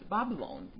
Babylon